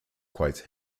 quite